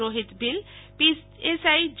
Rohit Bhil PSI જે